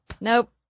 Nope